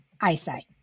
eyesight